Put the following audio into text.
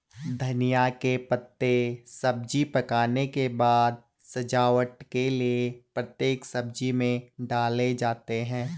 धनिया के पत्ते सब्जी पकने के बाद सजावट के लिए प्रत्येक सब्जी में डाले जाते हैं